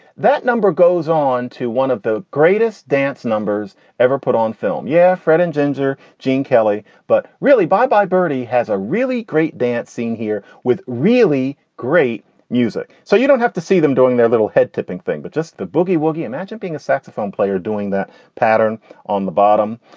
that number goes on to one of the greatest dance numbers ever put on film. yeah. fred and ginger. gene kelly. but really, bye bye birdie has a really great dance scene here with really great music. so you don't have to see them doing their little head tipping thing. but just the boogie woogie. imagine being a saxophone player doing that pattern on the bottom.